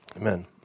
Amen